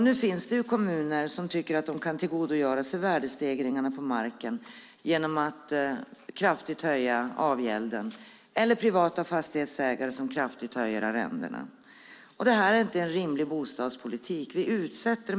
Nu finns det kommuner som tycker att de kan tillgodogöra sig värdestegringarna på marken genom att kraftigt höja avgälden eller privata fastighetsägare som kraftigt höjer arrendena. Det här är inte en rimlig bostadspolitik.